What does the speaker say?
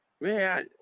Man